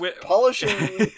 polishing